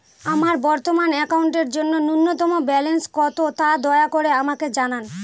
আমার বর্তমান অ্যাকাউন্টের জন্য ন্যূনতম ব্যালেন্স কত, তা দয়া করে আমাকে জানান